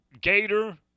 gator